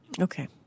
Okay